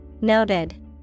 Noted